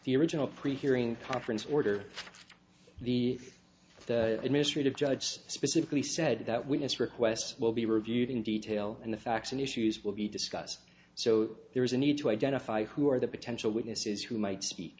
the original pre hearing conference order the administrative judge specifically said that witness requests will be reviewed in detail and the facts and issues will be discussed so there is a need to identify who are the potential witnesses who might